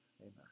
Amen